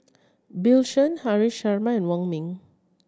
Bill Chen Haresh Sharma and Wong Ming